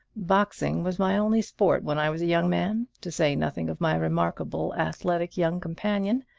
boxing was my only sport when i was a young man, to say nothing of my remarkably athletic young companion.